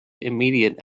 immediate